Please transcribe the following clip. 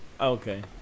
Okay